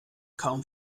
kaum